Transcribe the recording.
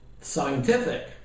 scientific